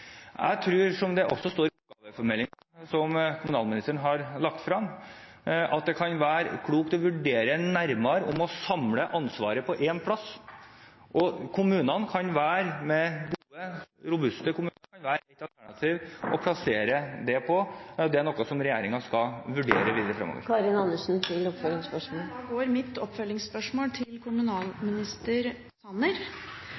også står i oppgavemeldingen, som kommunalministeren har lagt fram, at det kan være klokt å vurdere nærmere det å samle ansvaret på ett sted. Det kan være et alternativ å plassere det hos gode og robuste kommuner. Det er noe som regjeringen skal vurdere videre fremover. Mitt oppfølgingsspørsmål går til kommunalminister Sanner.